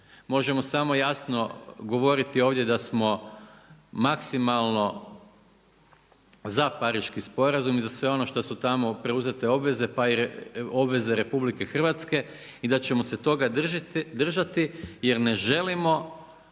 možemo samo jasno govoriti ovdje da smo maksimalno za Pariški sporazum i za sve ono što su tamo preuzete obveze pa i obveze RH i da ćemo se toga držati jer ne želimo,